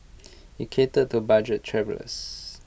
IT catered to budget travellers